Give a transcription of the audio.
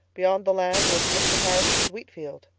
beyond the land was mr. harrison's wheatfield,